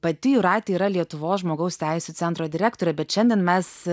pati jūratė yra lietuvos žmogaus teisių centro direktorė bet šiandien mes